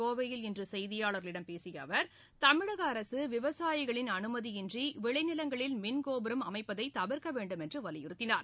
கோவையில் இன்று செய்தியாளர்களிடம் பேசிய அவர் தமிழக அரசு விவசாயிகளின் அனுமதியின்றி விளைநிலங்களில் மின் கோபுரம் அமைப்பதை தவிர்க்க வேண்டும் என்று வலியுறுத்தினார்